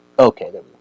Okay